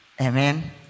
Amen